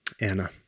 Anna